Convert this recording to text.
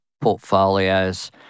portfolios